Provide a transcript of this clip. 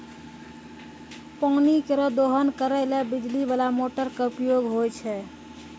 पानी केरो दोहन करै ल बिजली बाला मोटर क उपयोग होय छै